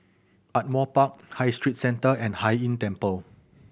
Ardmore Park High Street Centre and Hai Inn Temple